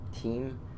team